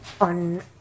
on